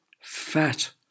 fat